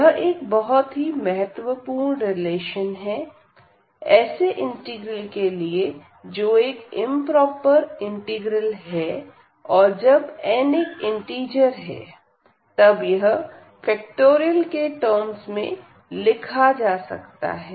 यह एक बहुत ही महत्वपूर्ण रिलेशन है ऐसे इंटीग्रल के लिए जो एक इंप्रोपर इंटीग्रल है और जब n एक इंटिजर है तब यह फैक्टोरियल के टर्म्स में लिखा जा सकता है